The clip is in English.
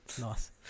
Nice